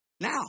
now